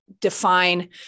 define